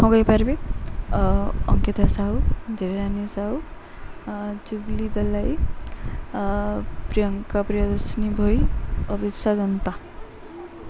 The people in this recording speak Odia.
ହଁ କହିପାରିବି ଅଙ୍କିତା ସାହୁ ଝିଲ୍ଲୀରାଣୀ ସାହୁ ଜୁବଲି ଦଲାଇ ପ୍ରିୟଙ୍କା ପ୍ରିୟଦର୍ଶିନୀ ଭୋଇ ଅଭିପ୍ସା ଜନତା